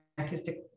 artistic